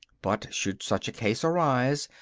but should such a case arise,